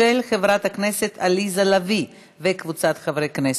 של חברת הכנסת עליזה לביא וקבוצת חברי הכנסת.